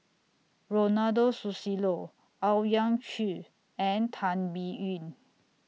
Ronald Susilo Owyang Chi and Tan Biyun